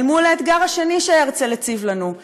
אל מול האתגר השני שהרצל הציב לנו,